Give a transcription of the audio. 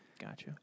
Gotcha